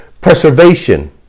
preservation